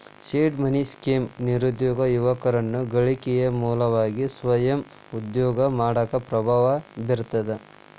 seed money scheme ನಿರುದ್ಯೋಗಿ ಯುವಕರನ್ನ ಗಳಿಕೆಯ ಮೂಲವಾಗಿ ಸ್ವಯಂ ಉದ್ಯೋಗ ಮಾಡಾಕ ಪ್ರಭಾವ ಬೇರ್ತದ